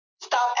Stop